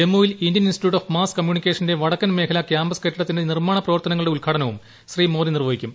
ജമ്മുവിൽ Indian institute of mass കമ്മ്യൂണിക്കേഷന്റെ വടക്കൻ മേഖല ക്യാമ്പസ് കെട്ടിടത്തിന്റെ നിർമ്മാണ പ്രവർത്തനങ്ങളുടെ ഉദ്ഘാടനവും ശ്രീ മോദി നിർവഹിക്കും